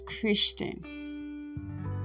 Christian